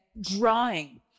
drawing